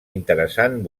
interessant